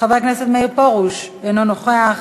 חבר הכנסת מאיר פרוש, אינו נוכח.